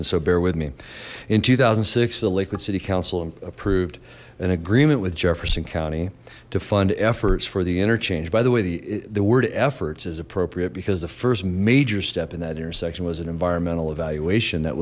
and so bear with me in two thousand and six the lakewood city council approved an agreement with jefferson county to fund efforts for the interchange by the way the the word efforts is appropriate because the first major step in that intersection was an environmental evaluation that